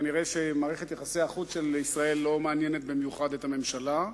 כנראה מערכת יחסי החוץ של ישראל לא מעניינת במיוחד את הממשלה,